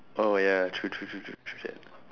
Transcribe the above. oh ya true true true true that